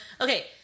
Okay